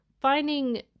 finding